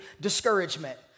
discouragement